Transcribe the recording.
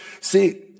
See